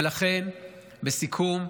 ולכן, בסיכום,